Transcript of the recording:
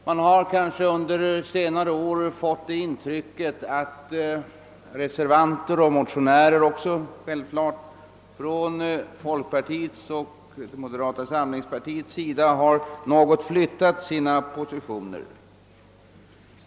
Under senare år har man fått det intrycket att motionärer och reservanter från folkpartiet och moderata samlingspartiet något har flyttat sina positioner.